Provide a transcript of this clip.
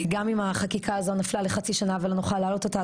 גם אם החקיקה הזו נפלה לחצי שנה ולא נוכל להעלות אתה,